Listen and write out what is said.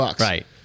Right